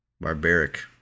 Barbaric